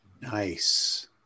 Nice